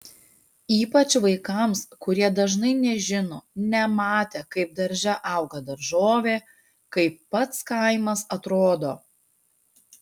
ypač vaikams kurie dažnai nežino nematę kaip darže auga daržovė kaip pats kaimas atrodo